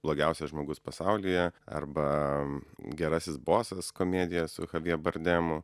blogiausias žmogus pasaulyje arba gerasis bosas komedija su g bardemu